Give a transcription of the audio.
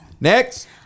next